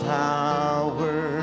power